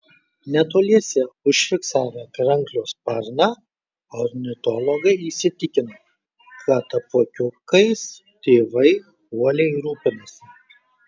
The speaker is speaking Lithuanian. netoliese užfiksavę kranklio sparną ornitologai įsitikino kad apuokiukais tėvai uoliai rūpinasi